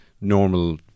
normal